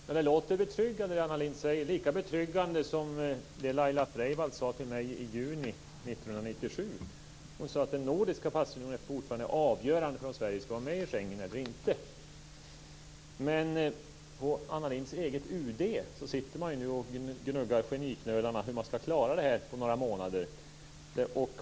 Fru talman! Det låter betryggande, det som Anna Lindh säger; lika betryggande som det Laila Freivalds sade till mig i juni 1997. Hon sade att den nordiska passfriheten är avgörande för om Sverige ska vara med i Schengen eller inte. På Anna Lindhs eget UD gnuggar man nu geniknölarna och undrar hur man ska klara det här på några månader.